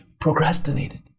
procrastinated